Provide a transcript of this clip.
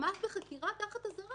ממש בחקירה תחת אזהרה.